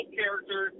character